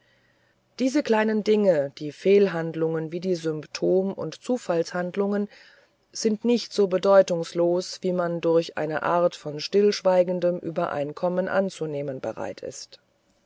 diese kleinen dinge die fehlhandlungen wie die symptom und zufallshandlungen sind nicht so bedeutungslos wie man durch eine art von stillschweigendem übereinkommen anzunehmen bereit ist